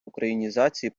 українізації